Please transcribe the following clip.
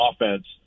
offense